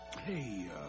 Hey